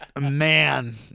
man